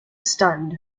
stunned